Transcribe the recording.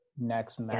next